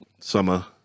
summer